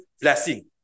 blessing